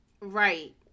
Right